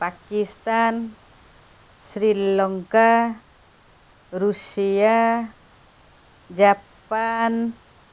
Pakistan Sri Lanka Russia Japan